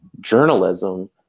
journalism